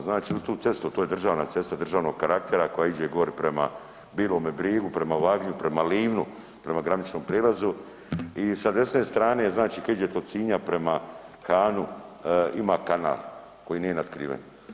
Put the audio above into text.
Znači uz tu cestu, to je državna cesta, državnog karaktera koja iđe gori prema Bilome Brigu, prema Lagnju, prema Livnu, prema graničnom prijelazu i sa desne strane znači kad iđete od Sinja prema Hanu ima kanal koji nije natkriven.